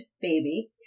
baby